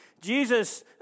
Jesus